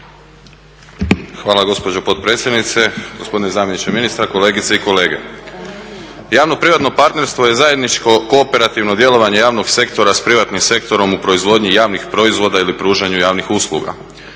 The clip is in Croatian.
Hvala gospođo potpredsjednice. Gospodine zamjeniče ministra, kolegice i kolege. Javno privatno partnerstvo je zajedničko kooperativno djelovanje javnog sektora s privatnim sektorom proizvodnje javnih proizvoda ili pružanju javnih usluga.